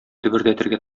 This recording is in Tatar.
дөбердәтергә